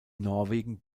norwegen